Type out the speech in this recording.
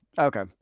okay